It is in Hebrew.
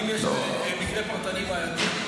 אם יש מקרה פרטני בעייתי,